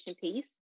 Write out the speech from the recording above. piece